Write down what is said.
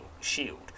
shield